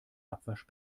abwasch